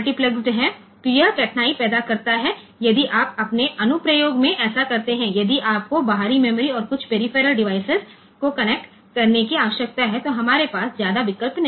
તેથી તે મુશ્કેલી ઉભી કરે છે અને જો આપણે આપણી એપ્લિકેશન માં બાહ્ય મેમરી અને કેટલાક પેરિફેરલ ઉપકરણ બંનેને કનેક્ટ કરવાની જરૂર હોય તો આપણી પાસે વધુ વિકલ્પ બાકી નથી હોતા